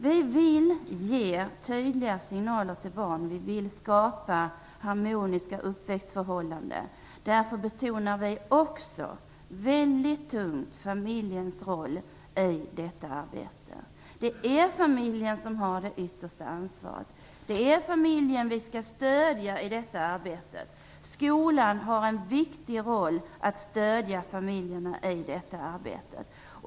Vi vill ge tydliga signaler till barn. Vi vill skapa harmoniska uppväxtförhållanden. Därför betonar vi också mycket starkt familjens roll i detta arbete. Det är familjen som har det yttersta ansvaret. Det är familjen vi skall stödja i detta arbete. Skolan har en viktig uppgift att stödja familjerna i detta arbete.